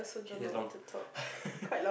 okay that's long